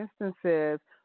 instances